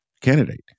candidate